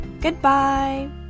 Goodbye